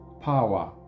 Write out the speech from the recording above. power